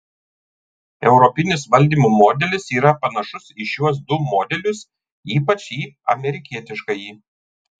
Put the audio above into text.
europinis valdymo modelis yra panašus į šiuos du modelius ypač į amerikietiškąjį